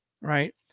right